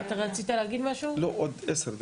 הגענו למעל ששים כתבים שמוכנים לקבל מאתנו הודעות תקשורת,